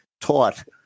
taught